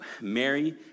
Mary